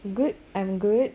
good I'm good